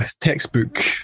textbook